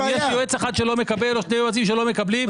אם יש יועץ אחד שלא מקבל או שני יועצים שלא מקבלים,